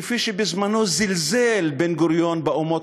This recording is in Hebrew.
כפי שבזמנו זלזל בן-גוריון באומות